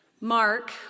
Mark